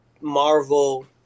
Marvel